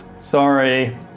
Sorry